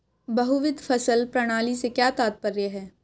बहुविध फसल प्रणाली से क्या तात्पर्य है?